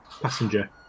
passenger